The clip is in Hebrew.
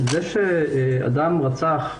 כשאדם רצח,